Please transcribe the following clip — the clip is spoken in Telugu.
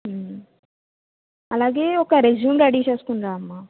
అలాగే ఒక రెజ్యూమ్ రెడీ చేసుకుని రామ్మా